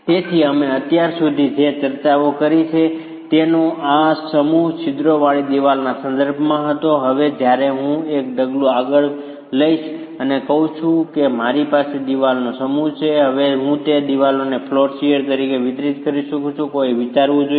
તેથી અમે અત્યાર સુધી જે ચર્ચાઓ કરી છે તેનો આ સમૂહ છિદ્રોવાળી દિવાલના સંદર્ભમાં હતો હવે જ્યારે હું એક ડગલું પાછળ લઈ જઈશ અને કહું છું કે મારી પાસે દિવાલોનો સમૂહ છે અને હવે હું તે દિવાલોને ફ્લોર શીયર કેવી રીતે વિતરિત કરી શકું કોઈએ શું વિચારવું જોઈએ